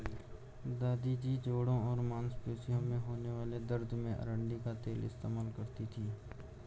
दादी जी जोड़ों और मांसपेशियों में होने वाले दर्द में अरंडी का तेल इस्तेमाल करती थीं